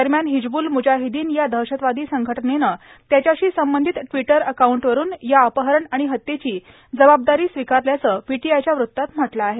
दरम्यान हिजबुल मुजाहिद्दीन या दहशतवादी संघटनेनं त्याच्याशी संबंधित ट्विटर अकाउंटवरून या अपहरण आणि हत्येची जबाबदारी स्वीकारल्याचं पीटीआयच्या वृत्तात म्हटलं आहे